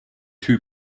two